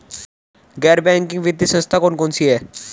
गैर बैंकिंग वित्तीय संस्था कौन कौन सी हैं?